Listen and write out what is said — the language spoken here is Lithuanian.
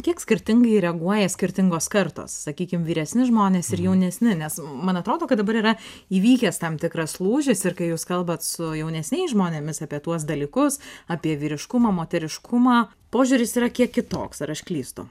kiek skirtingai reaguoja skirtingos kartos sakykim vyresni žmonės ir jaunesni nes man atrodo kad dabar yra įvykęs tam tikras lūžis ir kai jūs kalbat su jaunesniais žmonėmis apie tuos dalykus apie vyriškumą moteriškumą požiūris yra kiek kitoks ar aš klystu